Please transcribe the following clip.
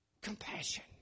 Compassion